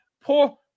poor –